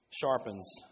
sharpens